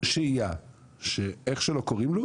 שהייה של איך שלא קוראים לו,